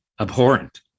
abhorrent